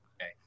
okay